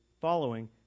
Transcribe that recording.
following